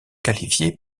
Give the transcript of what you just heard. qualifiés